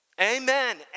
amen